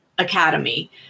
academy